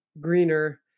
Greener